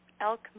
Elk